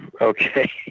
Okay